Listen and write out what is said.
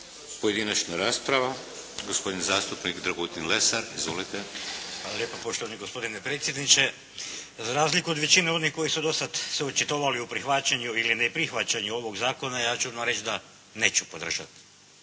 Pojedinačna rasprava. Gospodin zastupnik Dragutin Lesar. Izvolite. **Lesar, Dragutin (Nezavisni)** Hvala lijepa. Poštovani gospodine predsjedniče. Za razliku od većine onih koji su do sada se očitovali o prihvaćanju ili neprihvaćanju ovog zakona ja ću odmah reći da neću podržati